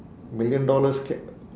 million dollars ca~